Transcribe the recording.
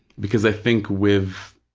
because i think with